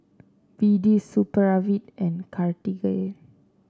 B D Supravit and Cartigain